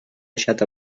deixat